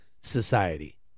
society